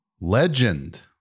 legend